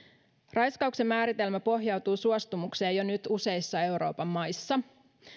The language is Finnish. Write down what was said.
raiskauksen määritelmä pohjautuu suostumukseen jo nyt useissa euroopan maissa